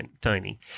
Tiny